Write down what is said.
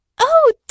Oh